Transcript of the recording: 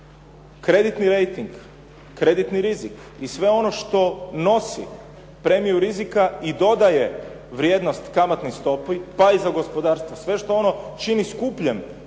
kreditni rejting, kreditni rizik i sve ono što nosi premiju rizika i dodaje vrijednost kamatnoj stopi pa i za gospodarstvo sve što ono čini skupljim trošak